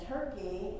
Turkey